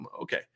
Okay